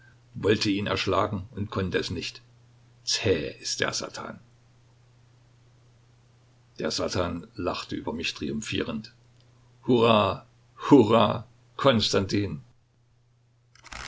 wollte ihn erschlagen und konnte es nicht zäh ist der satan der satan lachte über mich triumphierend hurra hurra